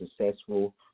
successful